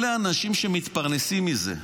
אלה אנשים שמתפרנסים מזה.